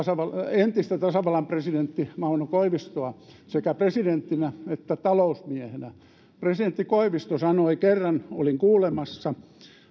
entistä tasavallan presidenttiä mauno koivistoa sekä presidenttinä että talousmiehenä presidentti koivisto sanoi kerran olin kuulemassa